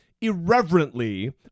irreverently